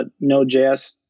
Node.js